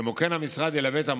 כמו כן, המשרד ילווה את המורה,